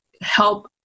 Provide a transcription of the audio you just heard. help